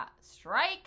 strike